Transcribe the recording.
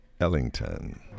Ellington